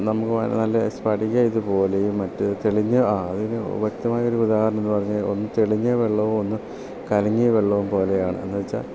നമുക്ക് നല്ല സ്പടിക ഇത് പോലെയും മറ്റ് തെളിഞ്ഞ ആ അതിന് വ്യക്തമായൊരു ഉദാഹരണം എന്ന് പറഞ്ഞാൽ ഒന്ന് തെളിഞ്ഞ വെള്ളവും ഒന്ന് കലങ്ങിയ വെള്ളവും പോലെയാണ് എന്ന് വെച്ചാൽ